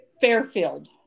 Fairfield